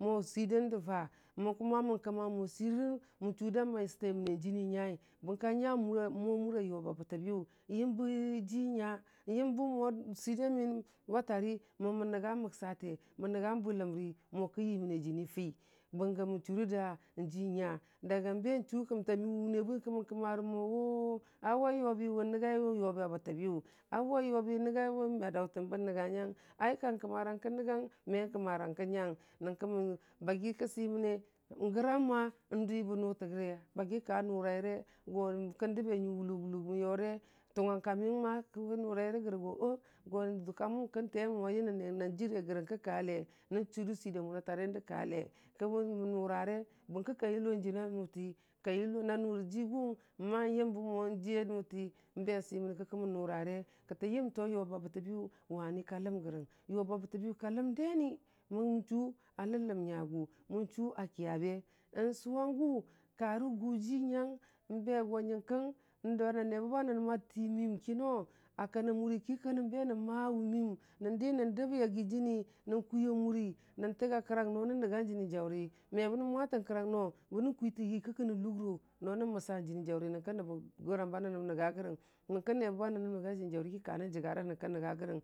mo swidandə mə mə kəma mo swir nən, chʊ du swiməne jinii nyai, bər ki a nya mə wa mʊri n yʊbita bətətbiyʊ, n yəmbə ji nya, nyəmbə mo swir da məyən watari, mo mən nəngu məksate mən nənya bwiləmri mo kən yui məne jinii fi, bəngə mən chʊrə da ji nya be chʊ kəmta miyʊ wʊnəbʊtəng kəmə kəmarə mo a wai yʊbi, wʊng nənyaiwe yʊbi a bətəbiyʊ wai yəniwʊng nəngai we a daʊtən bəu nənga nyəng kang kəmarang kən nənyang me kəmarang kə nyang bərki bagi kə swiməne, n gran n dwibə nʊtərə gw, bagi ka nʊraire go kən dab nyʊ wʊlog wʊlog mən yʊre tʊnganka məying kə rʊraire rəge yo go dʊkka mənkə təmʊ a gʊnən ne nə jire rəgən ka be, nən chʊrə swir da mən a tariyəng də swir da mən a tariyəng də ka le, kə, kən gʊn mə nʊrare, bər ki ka yʊlo jina nʊnati, kayəmgo nanu rə jigʊ məma yəmbə mo jina nʊyi be swimənəki kəmən nʊrare kətə yəmbo, yʊbi a bətəbiyʊ ka ləm rəyən, yʊbi ta bətəbəyu a ləm deni, mən chu a lələm nyayʊ, mən chʊ a kəyabe nsʊwangʊ karə gʊ jui nyang nbe yo nyənkən nəbəba nənəm a ti miyəm kinoo, a kan a mʊri ki kənə be nən ma wʊ miyəm nən di nən bəb yagi jinii nən kwiya mʊri nən təg a kərang nʊ nən nənga jinijaʊri, me bənən mwatən kərang bənə kwilən hii ki kənə lʊgʊro nʊ nən məsa jini nʊri nyənkə nəbbə gram ba nənəm nəngarəgəm bərki nebəba nənəm nənga jini jaʊri ki, kanə jigarə nyənki nənga gərəng.